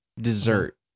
dessert